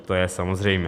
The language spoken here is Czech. To je samozřejmé.